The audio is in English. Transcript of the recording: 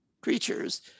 creatures